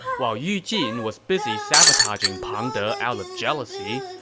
while yu jin was busy sabotaging pang de out of jealousy,